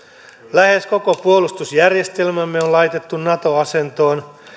lähes koko puolustusjärjestelmämme on laitettu nato asentoon